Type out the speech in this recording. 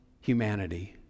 humanity